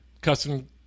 custom